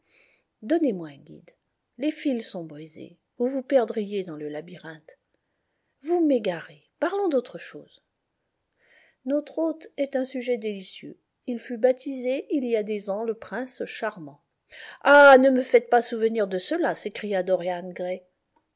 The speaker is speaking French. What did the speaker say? donnez-moi un guide les fils sont brisés vous vous perdriez dans le labyrinthe vous m'égarez parlons d'autre chose notre hôte est un sujet délicieux il fut baptisé il y a des ans le prince charmant ah ne me faites pas souvenir de cela s'écria dorian gray